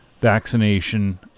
vaccination